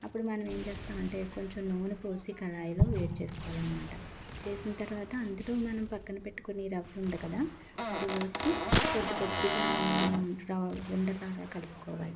అప్పుడు మనం ఏం చేస్తామంటే కొంచెం నూనె పోసి కళాయిలో వేడి చేసుకోవాలనమాట చేసిన తర్వాత అందులో మనం పక్కన పెట్టుకుని రవ్వ ఉంది కదా అది వేసి కొద్ది కొద్దిగా మనం ర ఉండల్లాగా కలుపుకోవాలి